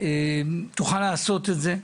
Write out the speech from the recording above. תוכל לעשות את זה.